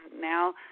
Now